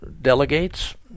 delegates